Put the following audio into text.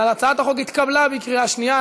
הצעת החוק התקבלה בקריאה שנייה.